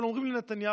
אבל אומרים לנתניהו: